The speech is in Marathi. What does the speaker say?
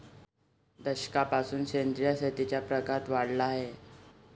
दशकापासून सेंद्रिय शेतीचा प्रघात वाढला आहे